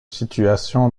situation